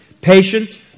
Patience